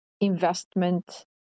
investment